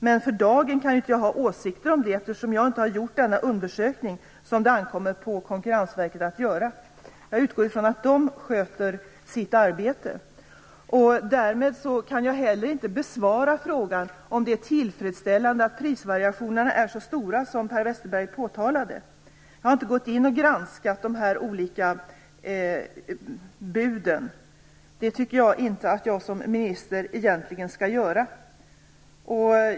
Men för dagen kan jag inte ha några åsikter om det, eftersom jag inte har gjort den undersökning som det ankommer på Konkurrensverket att göra. Jag utgår ifrån att de sköter sitt arbete. Därmed kan jag inte heller besvara frågan om det är tillfredsställande att prisvariationerna är så stora som Per Westerberg påtalade. Jag har inte granskat de olika buden. Det tycker inte jag att jag som minister egentligen skall göra.